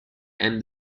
and